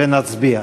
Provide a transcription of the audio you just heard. ונצביע.